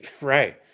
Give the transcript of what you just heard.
Right